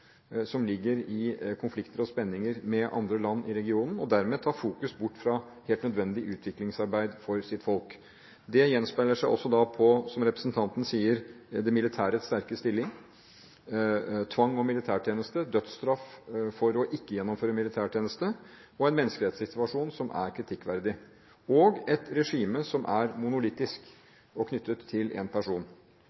som ligger i konflikter og spenninger med andre land i regionen, og dermed tar fokus bort fra helt nødvendig utviklingsarbeid for sitt folk. Det gjenspeiler seg også, som representanten sier, i det militæres sterke stilling: tvang og militærtjeneste, dødsstraff for ikke å gjennomføre militærtjeneste, en menneskerettssituasjon som er kritikkverdig, og et regime som er